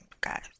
guys